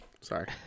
Sorry